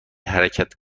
حرکت